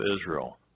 Israel